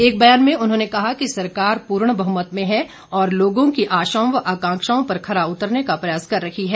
एक ब्यान में उन्होंने कहा कि सरकार पूर्ण बहमत में है और लोगों की आशाओं व आकांक्षाओं पर खरा उतरने का प्रयास कर रही है